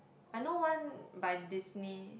I know one by Disney